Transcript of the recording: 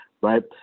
right